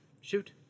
Shoot